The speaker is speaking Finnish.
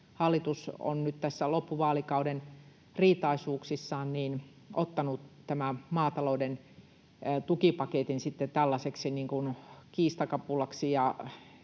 hallitus on nyt tässä loppuvaalikauden riitaisuuksissaan ottanut tämän maatalouden tukipaketin tällaiseksi